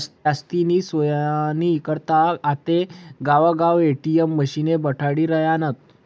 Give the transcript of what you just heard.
जास्तीनी सोयनी करता आते गावगाव ए.टी.एम मशिने बठाडी रायनात